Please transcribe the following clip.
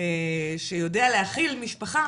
שיודע להכיל משפחה,